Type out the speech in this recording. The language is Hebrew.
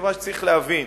מכיוון שצריך להבין